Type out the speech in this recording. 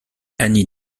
annie